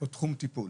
או תחום טיפול?